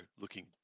looking